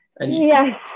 Yes